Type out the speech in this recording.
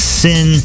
sin